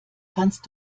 kannst